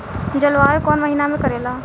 जलवायु कौन महीना में करेला?